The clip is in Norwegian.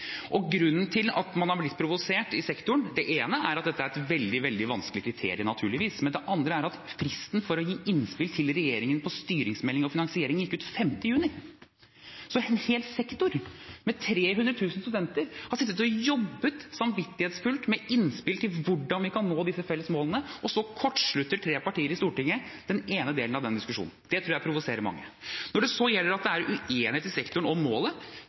grunnen til at man har blitt provosert i sektoren, er at dette er et veldig vanskelig kriterium, naturligvis, men en annen grunn er at fristen for å gi innspill til regjeringen på styringsmelding og finansiering gikk ut 5. juni. En hel sektor, med 300 000 studenter, har sittet og jobbet samvittighetsfullt med innspill til hvordan vi kan nå disse felles målene, og så kortslutter tre partier i Stortinget den ene delen av den diskusjonen. Det tror jeg provoserer mange. Når det så gjelder at det er uenighet i sektoren om målet,